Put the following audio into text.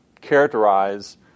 characterize